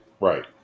Right